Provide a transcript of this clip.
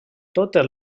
totes